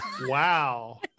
Wow